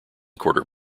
quarter